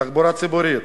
בתחבורה הציבורית,